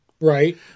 Right